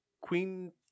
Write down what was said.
queen